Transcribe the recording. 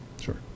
Sure